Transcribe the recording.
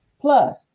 plus